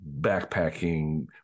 backpacking